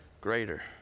greater